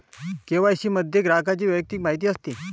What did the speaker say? KYC मध्ये ग्राहकाची वैयक्तिक माहिती असते